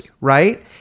right